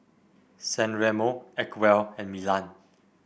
San Remo Acwell and Milan